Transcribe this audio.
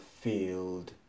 field